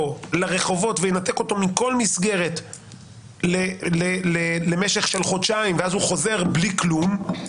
לרחובות וינתק אותו מכל מסגרת למשך חודשיים ואז הוא חוזר בלי כלום,